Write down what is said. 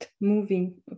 moving